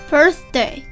Birthday